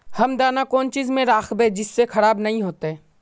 हम दाना कौन चीज में राखबे जिससे खराब नय होते?